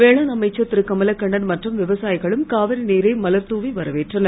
வேளாண் அமைச்சர் திருகமலக்கண்ணன் மற்றும் விவசாயிகளும் காவிரி நீரை மலர் தூவி வரவேற்றனர்